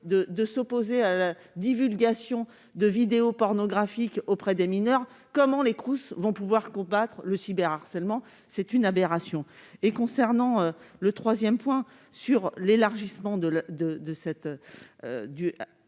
de s'opposer à la divulgation de vidéos pornographiques auprès des mineurs : comment les coûts vont pouvoir combattre le cyber-harcèlement c'est une aberration et concernant le 3ème point sur l'élargissement de la de